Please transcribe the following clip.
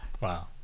wow